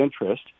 interest